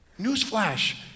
Newsflash